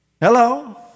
Hello